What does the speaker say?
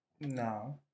No